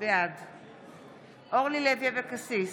בעד אורלי לוי אבקסיס,